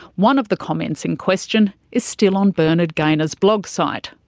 one of the comments in question is still on bernard gaynor's blog site,